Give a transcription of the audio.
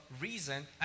reason